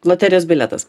loterijos bilietas